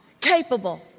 capable